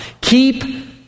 Keep